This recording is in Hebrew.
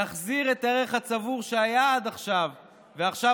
להחזיר את הערך הצבור שהיה עד עכשיו ועכשיו